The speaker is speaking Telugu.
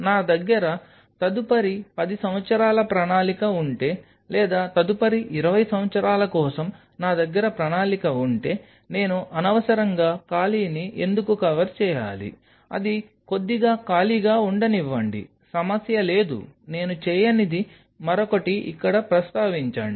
నా దగ్గర తదుపరి 10 సంవత్సరాల ప్రణాళిక ఉంటే లేదా తదుపరి 20 సంవత్సరాల కోసం నా దగ్గర ప్రణాళిక ఉంటే నేను అనవసరంగా ఖాళీని ఎందుకు కవర్ చేయాలి అది కొద్దిగా ఖాళీగా ఉండనివ్వండి సమస్య లేదు నేను చేయనిది మరొకటి ఇక్కడ ప్రస్తావించండి